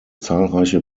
zahlreiche